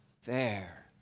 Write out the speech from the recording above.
fair